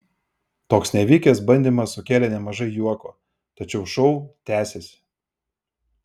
toks nevykęs bandymas sukėlė nemažai juoko tačiau šou tęsėsi